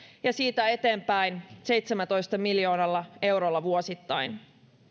ja siitä eteenpäin seitsemällätoista miljoonalla eurolla vuosittain